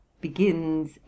begins